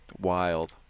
wild